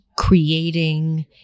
creating